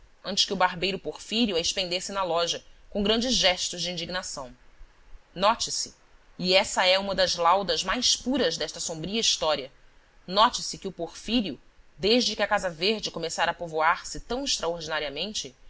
antes que o barbeiro porfírio a expendesse na loja com grandes gestos de indignação note-se e essa é uma das laudas mais puras desta sombrio história note-se que o porfírio desde que a casa verde começara a povoar se tão extraordinariamente